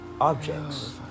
objects